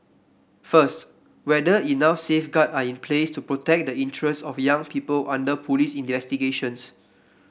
first whether enough safeguard are in place to protect the interest of young people under police investigations